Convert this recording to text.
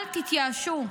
אל תתייאשו.